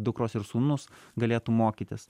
dukros ir sūnūs galėtų mokytis